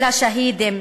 של השהידים,